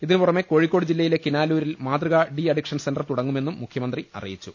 ഇതിനുപുറമെ കോഴിക്കോട് ജില്ലയിലെ കിനാലൂരിൽ മാതൃകാ ഡി അഡിക്ഷൻ സെന്റർ തുടങ്ങുമെന്നും മുഖ്യമന്ത്രി അറിയിച്ചു